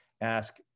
ask